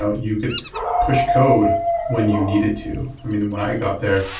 ah you could push code when you needed to. i mean, when i got there,